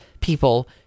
people